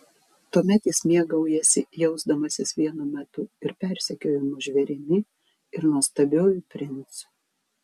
tuomet jis mėgaujasi jausdamasis vienu metu ir persekiojamu žvėrimi ir nuostabiuoju princu